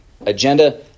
agenda